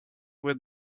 with